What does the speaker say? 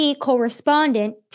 correspondent